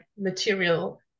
material